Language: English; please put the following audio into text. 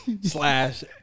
slash